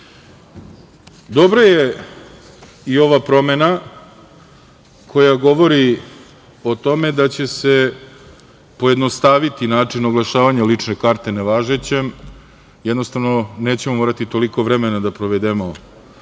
je i ova promena koja govori o tome da će se pojednostaviti način oglašavanja lične karte nevažećem. Jednostavno, nećemo morati toliko vremena da provedemo pred